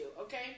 okay